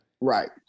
right